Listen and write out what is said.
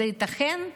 זה ייתכן?